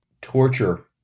torture